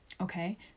Okay